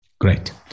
Great